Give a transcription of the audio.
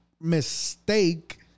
mistake